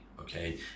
Okay